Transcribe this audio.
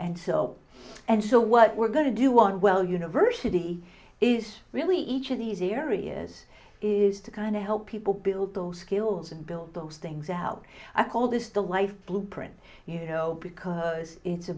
and so and so what we're going to do on well university is really each of these areas is to kind of help people build those skills and build those things out i call this the life blueprint you know because it's a